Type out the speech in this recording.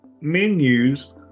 menus